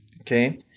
Okay